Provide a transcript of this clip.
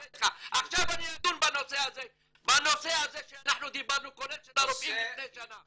-- עכשיו אני אדון בנושא הזה שאנחנו דיברנו של הרופאים לפני שנה.